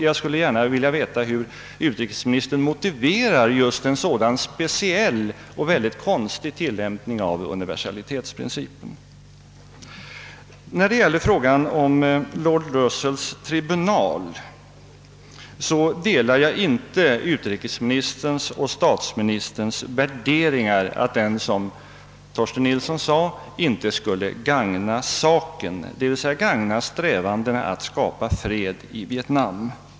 Jag skulle gärna vilja veta hur utrikesministern motiverar en sådan speciell och mycket konstig tillämpning av universalitetsprincipen. I fråga om lord Russells tribunal delar jag inte utrikesministerns och statsministerns värdering att den, som Torsten Nilsson sade, inte skulle gagna saken, d. v. s. strävandena att skapa fred i Vietnam.